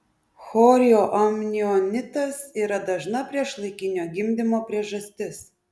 chorioamnionitas yra dažna priešlaikinio gimdymo priežastis